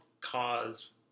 cause